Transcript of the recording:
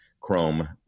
Chrome